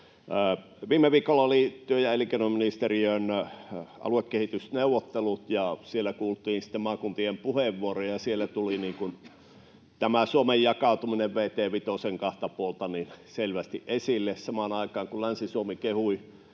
Viime viikolla oli työ- ja elinkeinoministeriön aluekehitysneuvottelut, ja siellä kuultiin maakuntien puheenvuoroja, ja siellä tuli tämä Suomen jakautuminen vt 5:n kahta puolta selvästi esille. Samaan aikaan kun Länsi-Suomi kehui